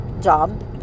job